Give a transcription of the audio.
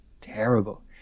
terrible